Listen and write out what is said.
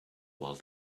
while